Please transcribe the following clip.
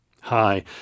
Hi